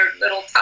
little